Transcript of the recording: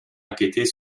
enquêter